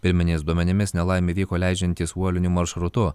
pirminiais duomenimis nelaimė įvyko leidžiantis uoliniu maršrutu